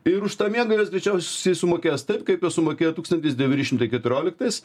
ir už tą miegą jos greičiausiai sumokės taip kaip sumokėjo tūkstantis devyni šimtai keturioliktais